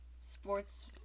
sports